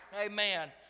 Amen